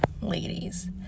ladies